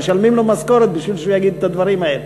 משלמים לו משכורת כדי שהוא יגיד את הדברים האלה,